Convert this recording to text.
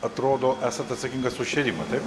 atrodo esat atsakingas už šėrimą taip